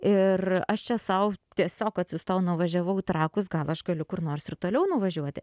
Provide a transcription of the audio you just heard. ir aš čia sau tiesiog atsistojau nuvažiavau į trakus gal aš galiu kur nors ir toliau nuvažiuoti